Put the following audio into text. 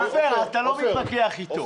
עופר, אתה לא מתווכח איתו.